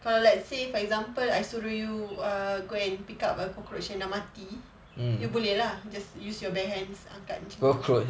kalau let's say for example I suruh you err go and pick up a cockroach yang dah mati you boleh lah just use your bare hands angkat macam gitu